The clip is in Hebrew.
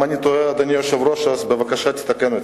אם אני טועה, אדוני היושב-ראש, בבקשה תתקן אותי.